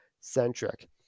centric